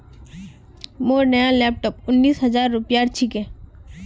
मोर नया लैपटॉप उन्नीस हजार रूपयार छिके